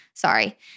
Sorry